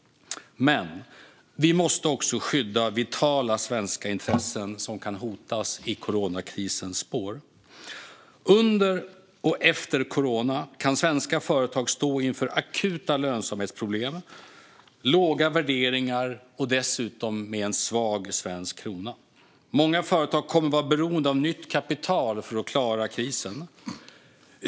Men vi måste också skydda vitala svenska intressen som kan hotas i coronakrisens spår. Under och efter corona kan svenska företag stå inför akuta lönsamhetsproblem, låga värderingar och en svag svensk krona. Många företag kommer att vara beroende av nytt kapital för att klara krisen.